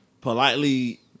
politely